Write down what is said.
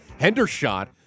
Hendershot